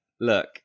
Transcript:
Look